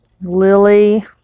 Lily